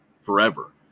forever